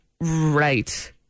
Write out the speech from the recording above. Right